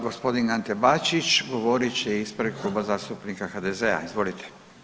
Gospodin Ante Bačić govorit će ispred Kluba zastupnika HDZ-a, izvolite.